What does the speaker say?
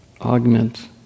augment